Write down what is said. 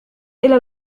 إلى